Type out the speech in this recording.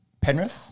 Penrith